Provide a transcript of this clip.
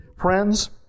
Friends